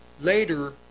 Later